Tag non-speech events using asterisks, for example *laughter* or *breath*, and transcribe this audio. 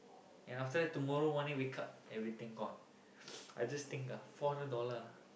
and after that tomorrow morning wake up everything gone *breath* I just think the four hundred dollar